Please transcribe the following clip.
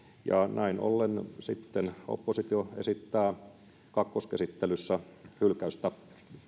näin ollen oppositio esittää kakkoskäsittelyssä hylkäystä